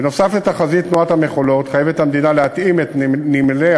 בנוסף לתחזית תנועת המכולות חייבת המדינה להתאים את נמליה